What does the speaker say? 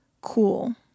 cool